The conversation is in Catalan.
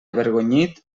avergonyit